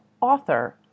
author